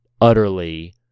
utterly